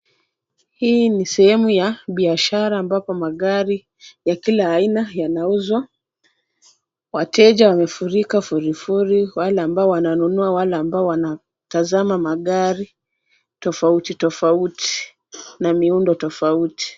Hii ni sehemu ya biashara ambapo magari ya kila aina yanauzwa. Wateja wamefurika furi furi wale ambao wananunua na wale ambao wanatazama magari tofauti tofauti na miundo tofauti.